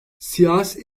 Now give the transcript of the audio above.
siyasi